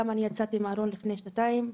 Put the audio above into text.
גם אני יצאתי מהארון לפני שנתיים,